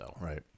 Right